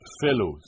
fellows